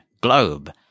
globe